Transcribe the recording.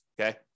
Okay